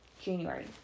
January